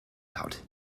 out